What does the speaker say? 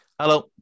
Hello